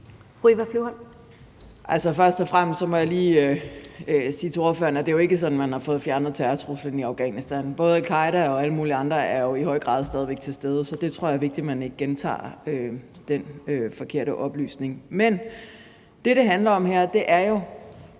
først og fremmest må jeg lige sige til ordføreren, at det jo ikke er sådan, at man har fået fjernet terrortruslen i Afghanistan. Både al-Qaeda og alle mulige andre er jo i høj grad stadig væk til stede, så jeg tror, det er vigtigt, at man ikke gentager den forkerte oplysning. Men det, det handler om her, er jo,